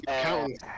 counting